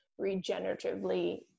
regeneratively